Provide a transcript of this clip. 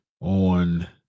on